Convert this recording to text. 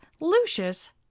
Lucius